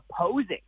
opposing